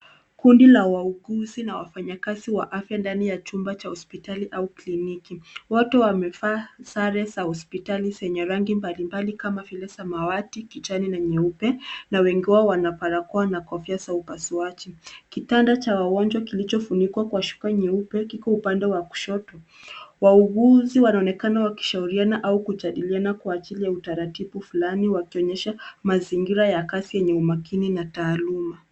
Kundi la wauguzi na wafanyakazi wa afya ndani ya chumba cha hospitali au kliniki. Wote wamevaa sare za hospitali zenye rangi mbalimbali kama vile samawati, kijani na nyeupe na wengi wao wana barakoa na kofia za upasuaji. Kitanda cha wagonjwa kilichofunikwa kwa shuka nyeupe kiko upande wa kushoto. Wauguzi wanaonekana wakishauriana au kujadiliana kwa ajili ya utaratibu fulani wakionyesha mazingira ya kazi yenye umakini na taaluma.